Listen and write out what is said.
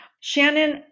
Shannon